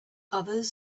others